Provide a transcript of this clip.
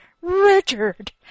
Richard